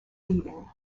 seating